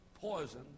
poison